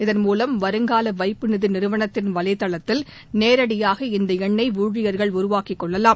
இதன்மூலம் வருங்கால வைப்புநிதி நிறுவனத்தின் வலைதளத்தில் நேரடியாக இந்த எண்ணை ஊழியர்கள் உருவாக்கிக் கொள்ளலாம்